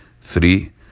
three